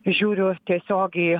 žiūriu tiesiogiai